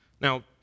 Now